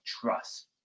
trust